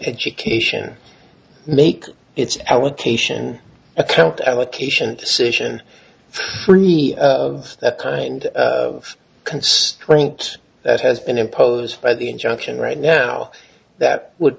education make its allocation attempt allocation decision for any of that kind of constraint that has been imposed by the injunction right now well that would